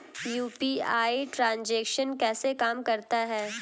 UPI transaction कैसे काम करता है?